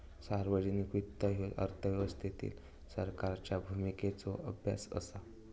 सार्वजनिक वित्त ह्यो अर्थव्यवस्थेतील सरकारच्या भूमिकेचो अभ्यास असा